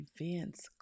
events